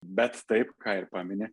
bet taip ką ir pamini